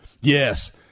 Yes